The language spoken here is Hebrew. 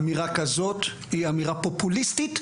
אמירה כזאת היא אמירה פופוליסטית.